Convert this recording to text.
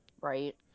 Right